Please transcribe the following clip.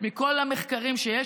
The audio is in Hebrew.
מכל המחקרים שיש,